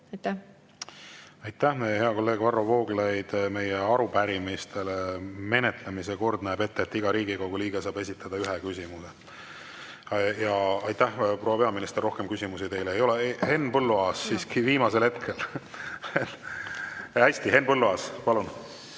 palun! Aitäh! Hea kolleeg Varro Vooglaid! Meie arupärimiste menetlemise kord näeb ette, et iga Riigikogu liige saab esitada ühe küsimuse. Aitäh, proua peaminister! Rohkem küsimusi teile ei ole. Henn Põlluaas siiski viimasel hetkel. Hästi, Henn Põlluaas, palun!